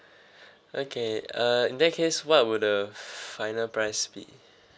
okay uh in that case what would the final price be